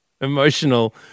emotional